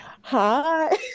Hi